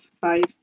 five